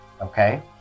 okay